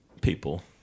people